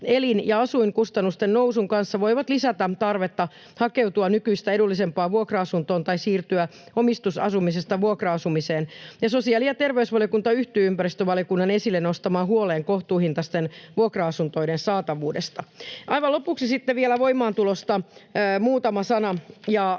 elin- ja asuinkustannusten nousun kanssa voivat lisätä tarvetta hakeutua nykyistä edullisempaan vuokra-asuntoon tai siirtyä omistusasumisesta vuokra-asumiseen. Sosiaali- ja terveysvaliokunta yhtyy ympäristövaliokunnan esille nostamaan huoleen kohtuuhintaisten vuokra-asuntojen saatavuudesta. Aivan lopuksi vielä voimaantulosta muutama sana: